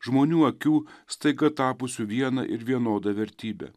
žmonių akių staiga tapusių viena ir vienoda vertybe